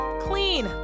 clean